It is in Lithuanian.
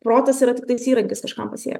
protas yra tiktais įrankis kažkam pasiekt